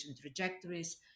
trajectories